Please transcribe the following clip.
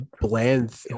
bland